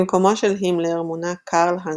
במקומו של הימלר מונה קרל האנקה,